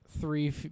three